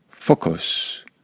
Focus